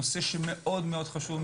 נושא שמאוד חשוב,